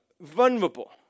vulnerable